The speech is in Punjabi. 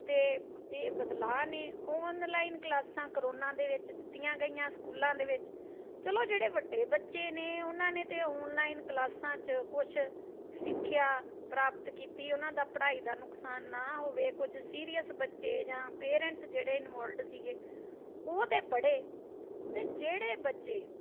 ਅਤੇ ਬ ਇਹ ਬਦਲਾਅ ਨੇ ਔਨਲਾਈਨ ਕਲਾਸਾਂ ਕਰੋਨਾ ਦੇ ਵਿੱਚ ਦਿੱਤੀਆਂ ਗਈਆਂ ਸਕੂਲਾਂ ਦੇ ਵਿੱਚ ਚਲੋ ਜਿਹੜੇ ਵੱਡੇ ਬੱਚੇ ਨੇ ਉਹਨਾਂ ਨੇ ਤਾਂ ਔਨਲਾਈਨ ਕਲਾਸਾਂ 'ਚ ਕੁਛ ਸਿੱਖਿਆ ਪ੍ਰਾਪਤ ਕੀਤੀ ਉਹਨਾਂ ਦਾ ਪੜ੍ਹਾਈ ਦਾ ਨੁਕਸਾਨ ਨਾ ਹੋਵੇ ਕੁਝ ਸੀਰੀਅਸ ਬੱਚੇ ਜਾਂ ਪੇਰੈਂਟਸ ਜਿਹੜੇ ਇਨਵੋਲਡ ਸੀਗੇ ਉਹ ਤਾਂ ਪੜ੍ਹੇ ਅਤੇ ਜਿਹੜੇ ਬੱਚੇ